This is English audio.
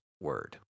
Word